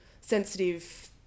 sensitive